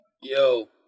Yo